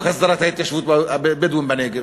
חוק הסדרת התיישבות הבדואים בנגב.